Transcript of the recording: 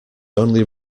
only